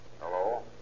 Hello